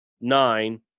nine